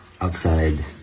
outside